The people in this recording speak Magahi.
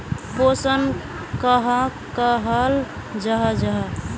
पोषण कहाक कहाल जाहा जाहा?